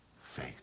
faith